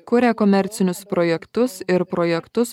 kuria komercinius projektus ir projektus